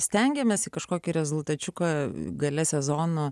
stengiamės į kažkokį rezultačiuką gale sezono